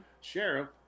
sheriff